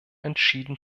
entschieden